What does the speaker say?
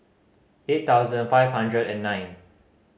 eight thousand five hundred and nine